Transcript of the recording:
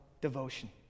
devotion